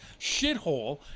shithole